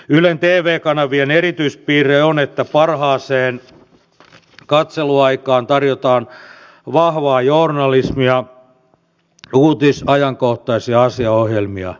ylen tv kanavien erityispiirre on että parhaaseen katseluaikaan tarjotaan vahvaa journalismia uutis ajankohtais ja asiaohjelmia